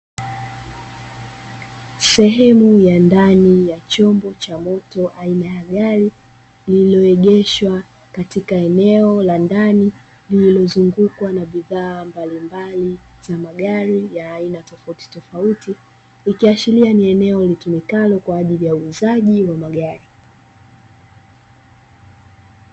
Sehemu ya ndani ya chombo cha moto aina ya gari lililoegeshwa katika eneo la ndani, lililozungukwa na bidhaa mbalimbali za magari ya aina tofautitofauti, ikiashiria ni eneo litumikalo kwa ajili ya uuzaji wa magari.